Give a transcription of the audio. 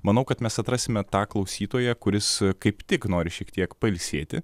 manau kad mes atrasime tą klausytoją kuris kaip tik nori šiek tiek pailsėti